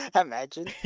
imagine